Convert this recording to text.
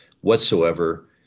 whatsoever